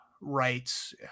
rights